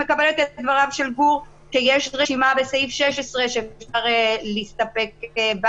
אני מקבלת את דבריו של גור שיש רשימה בסעיף 16 שאפשר להסתפק בה